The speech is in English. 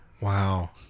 Wow